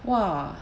!wah!